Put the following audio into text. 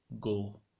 go